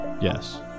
Yes